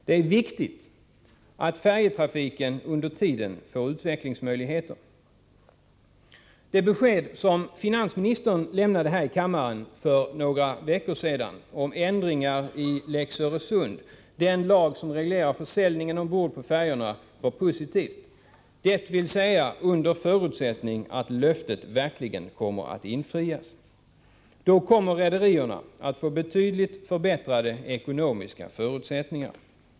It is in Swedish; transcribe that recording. Det är viktigt att färjetrafiken under tiden får utvecklingsmöjligheter. Det besked som finansministern lämnade här i kammaren för några veckor sedan om ändringar i Lex Öresund — den lag som reglerar försäljningen ombord på färjorna — var positivt, dvs. under förutsättning att löftet verkligen kommer att infrias. Då kommer rederierna att få betydligt förbättrade ekonomiska förutsättningar.